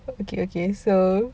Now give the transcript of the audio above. okay okay so